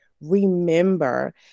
remember